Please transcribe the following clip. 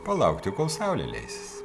palaukti kol saulė leisis